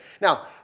Now